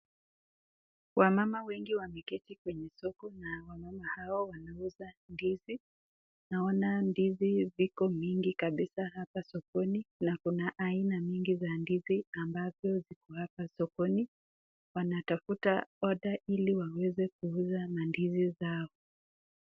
Wamama wengi wameketi kwenye soko na wamama hawa wanauza ndizi. Naona ndizi ziko mingi kabisa hapa sokoni na kuna aina nyingi za ndizi ambazo ziko hapa sokoni wanatafuta oder ili waweze kuuza mandizi zao.